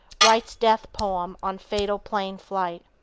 writes death poem on fatal plane flight.